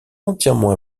entièrement